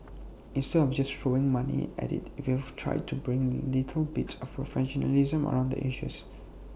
instead of just throwing money at IT we've tried to bring little bits of professionalism around the edges